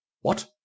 What